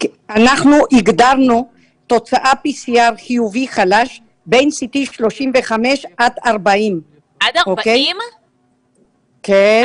אנחנו הגדרנו תוצאת PCR חיובי-חלש בין CT 35 עד 40. עד 40. כן.